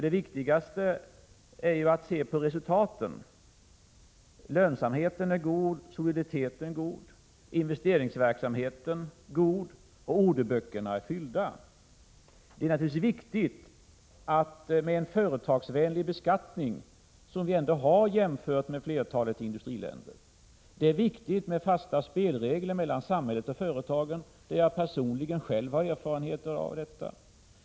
Det viktigaste är ju att se på resultaten. Lönsamheten är god, soliditeten är god, investeringsverksamheten är god, och orderböckerna är fyllda. Det är naturligtvis viktigt med en företagsvänlig beskattning, som vi ändå har jämfört med flertalet industriländer. Det är viktigt med fasta spelregler mellan samhället och företagen. Detta har jag personligen erfarenheter av.